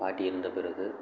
பாட்டி இறந்த பிறகு